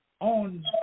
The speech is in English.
on